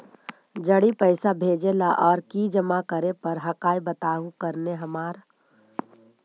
जड़ी पैसा भेजे ला और की जमा करे पर हक्काई बताहु करने हमारा?